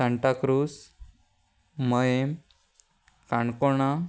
सांटाक्रूज मयें काणकोणा